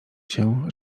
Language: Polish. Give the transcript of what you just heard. się